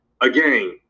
Again